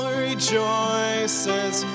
rejoices